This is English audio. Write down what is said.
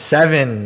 Seven